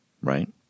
Right